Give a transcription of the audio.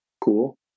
Cool